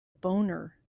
boner